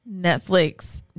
Netflix